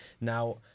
Now